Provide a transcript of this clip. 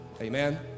Amen